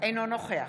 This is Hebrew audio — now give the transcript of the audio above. אינו נוכח